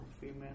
female